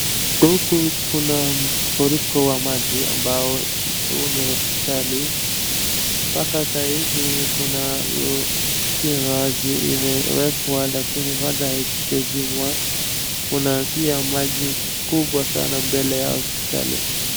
Huku kuna mafuriko wa maji ambao huu ni hospitali. Mpaka sahizi kuna stima zimeekwa lakini hazijazimwa kuna pia maji mingi sana mbele ya hospitali.